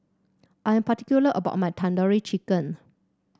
I am particular about my Tandoori Chicken